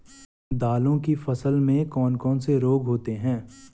दालों की फसल में कौन कौन से रोग होते हैं?